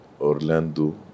Orlando